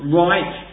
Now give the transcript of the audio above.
right